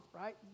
right